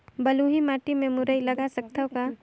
बलुही माटी मे मुरई लगा सकथव का?